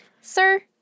Sir